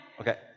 Okay